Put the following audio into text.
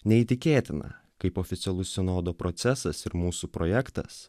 neįtikėtina kaip oficialus sinodo procesas ir mūsų projektas